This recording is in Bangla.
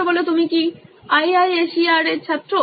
প্রথম ছাত্র তুমি কি আইআইএসইআর এর ছাত্র